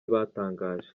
batangaje